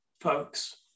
folks